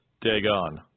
Dagon